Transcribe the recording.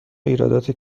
ایرادات